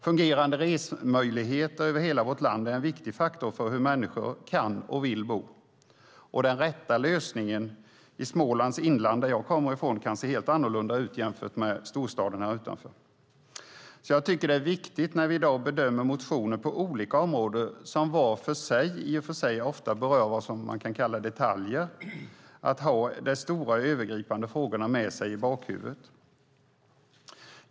Fungerande resmöjligheter över hela vårt land är en viktig faktor för hur människor kan och vill bo. Den rätta lösningen i Smålands inland, som jag kommer från, kan se helt annorlunda ut jämfört med storstaden här utanför. Jag tycker att det är viktigt - när vi i dag bedömer motioner på olika områden som var för sig ofta berör vad som kan kallas detaljer - att ha de stora övergripande frågorna med sig i bakhuvudet.